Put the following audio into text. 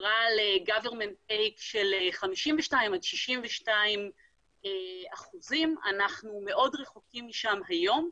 דברה על government take של 52% עד 62%. אנחנו מאוד רחוקים משם היום.